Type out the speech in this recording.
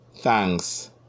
thanks